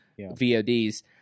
VODs